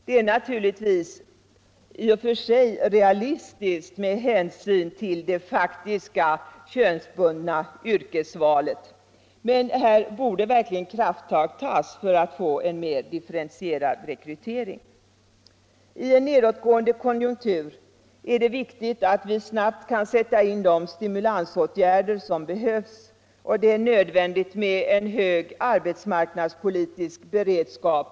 Detta är naturligtvis i och för sig realistiskt med hänsyn till det faktiska könsbundna yrkesvalet, men här borde verkligen krafttag tas för att få en mer differentierad rekrytering. I en nedåtgående konjunktur är det viktigt att vi snabbt kan sätta in de stimulansåtgärder som behövs, och det är nödvändigt med en hög arbetsmarknadspolitisk beredskap.